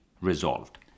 resolved